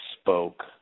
spoke